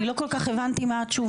אני לא כל כך הבנתי מה התשובה?